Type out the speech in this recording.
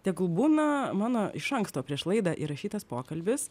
tegul būna mano iš anksto prieš laidą įrašytas pokalbis